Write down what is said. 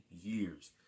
years